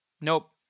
Nope